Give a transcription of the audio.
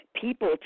people